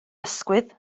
ysgwydd